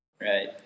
Right